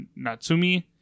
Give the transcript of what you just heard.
Natsumi